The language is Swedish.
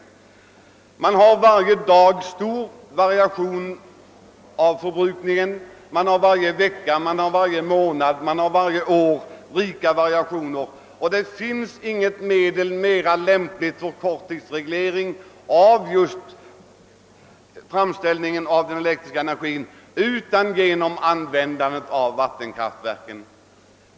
Förbrukningen varierar nämligen mycket varje dag, varje vecka, varje månad och varje år, och det finns inget medel mera lämpligt för korttidsreglering av framställningen av den elektriska energin än användandet av vattenkraftverk.